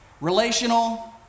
relational